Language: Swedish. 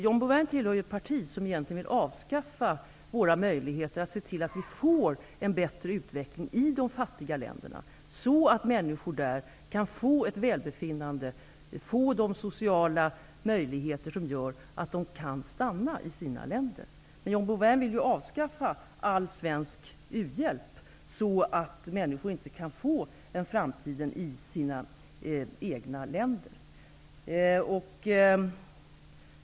John Bouvin tillhör ju ett parti som egentligen vill avskaffa våra möjligheter att se till att det blir en bättre utveckling i de fattiga länderna, så att människor där kan få ett välbefinnande och de sociala möjligheter som gör att de kan stanna i sina länder. Men John Bouvin vill ju avskaffa all svensk u-hjälp, så att människor inte kan få framtiden i sina egna länder.